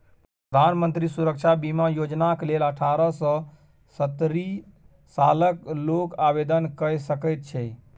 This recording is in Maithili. प्रधानमंत्री सुरक्षा बीमा योजनाक लेल अठारह सँ सत्तरि सालक लोक आवेदन कए सकैत छै